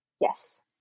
Yes